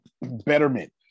Betterment